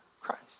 Christ